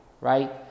right